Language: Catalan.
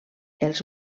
els